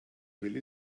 willi